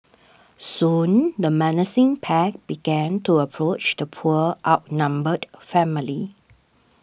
soon the menacing pack began to approach the poor outnumbered family